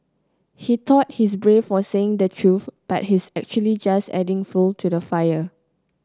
he thought he's brave for saying the truth but he is actually just adding fuel to the fire